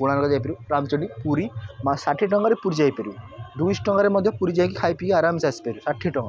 କୋଣାର୍କ ଯାଇପାରିବୁ ରାମଚଣ୍ଡୀ ପୁରୀ ମା ଷାଠିଏ ଟଙ୍କାରେ ପୁରୀ ଯାଇପାରିବୁ ଦୁଇଶ ଟଙ୍କାରେ ମଧ୍ୟ ପୁରୀ ଯାଇକି ଖାଇ ପିଇକି ଆରାମସେ ଆସି ପାରିବୁ ଷାଠିଏ ଟଙ୍କାରେ